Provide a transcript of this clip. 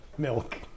Milk